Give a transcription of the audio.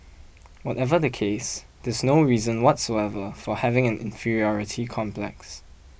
whatever the case there's no reason whatsoever for having an inferiority complex